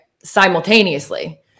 simultaneously